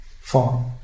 form